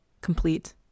complete